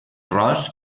ros